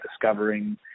discovering